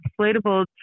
inflatable